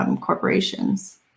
corporations